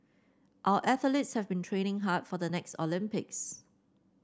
our athletes have been training hard for the next Olympics